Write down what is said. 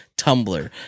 Tumblr